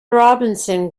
robinson